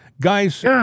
Guys